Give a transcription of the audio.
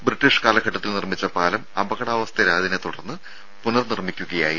British കാലഘട്ടത്തിൽ നിർമ്മിച്ച പാലം അപകടാവസ്ഥയിലായതിനെ തുടർന്ന് പുനർ നിർമ്മിക്കുകയായിരുന്നു